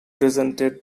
presented